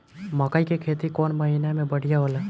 मकई के खेती कौन महीना में बढ़िया होला?